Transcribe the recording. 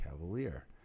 Cavalier